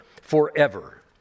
forever